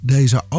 Deze